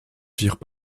firent